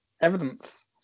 evidence